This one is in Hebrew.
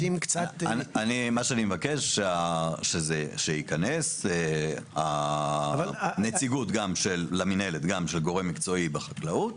מה שאני מבקש הוא שתיכנס הנציגות למינהלת גם של גורמי מקצועי בחקלאות.